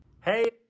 Hey